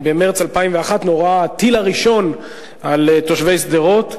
במרס 2001 נורה הטיל הראשון על תושבי שדרות,